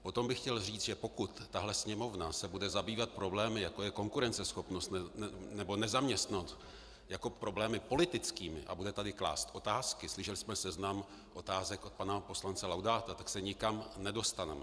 A pak bych chtěl říct, že pokud se tato Sněmovna bude zabývat problémy, jako je konkurenceschopnost nebo nezaměstnanost, jako problémy politickými a bude tady klást otázky slyšeli jsme seznam otázek od pana poslance Laudáta , tak se nikam nedostaneme.